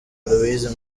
louise